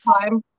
time